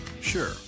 Sure